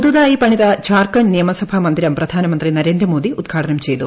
പുതുതായി പണിത ജാർഖണ്ഡ് നിയമസഭാ മന്ദിരം പ്രധാനമന്ത്രി നരേന്ദ്രമോദി ഉദ്ഘാടനം ചെയ്തു